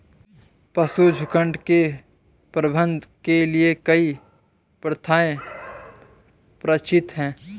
पशुझुण्ड के प्रबंधन के लिए कई प्रथाएं प्रचलित हैं